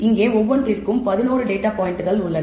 இங்கே ஒவ்வொன்றிற்கும் 11 டேட்டா பாயிண்ட்கள் உள்ளன